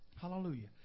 Hallelujah